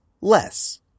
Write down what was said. less